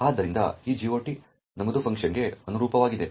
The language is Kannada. ಆದ್ದರಿಂದ ಈ GOT ನಮೂದು ಫಂಕ್ಗೆ ಅನುರೂಪವಾಗಿದೆ